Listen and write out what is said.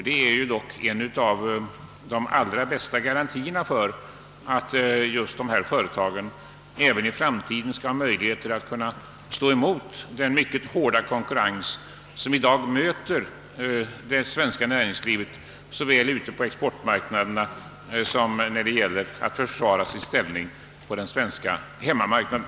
Det är dock en av de allra bästa garantierna för att just dessa företag även i framtiden skall ha möjlighet att stå emot den mycket hårda konkurrens som i dag möter det svenska näringslivet såväl ute på exportmarknaderna som när det gäller att försvara ställningen på den svenska hemmamarknaden.